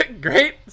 Great